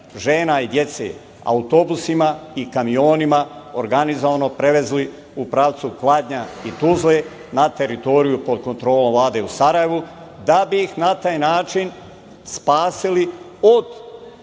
žena i dece, autobusima i kamionima organizovano prevezli u pravcu Kladnja i Tuzle, na teritoriji kontrole Vlade u Sarajevu, da bi ih na taj način spasili od